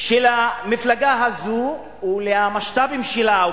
שלמפלגה הזאת ולמשת"פים שלה,